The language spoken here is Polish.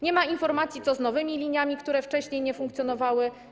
Nie ma informacji, co z nowymi liniami, które wcześniej nie funkcjonowały.